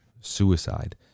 suicide